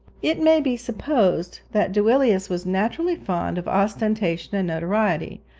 it may be supposed that duilius was naturally fond of ostentation and notoriety,